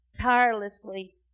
tirelessly